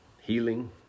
healing